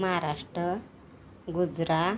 Maharashtra Gujarat